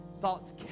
thoughts